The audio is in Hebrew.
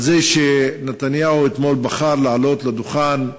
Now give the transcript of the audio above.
על זה שנתניהו אתמול בחר לעלות לדוכן,